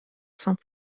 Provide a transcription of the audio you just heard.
sont